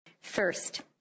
First